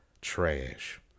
trash